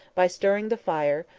by stirring the fire,